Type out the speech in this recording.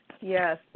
Yes